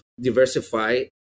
diversify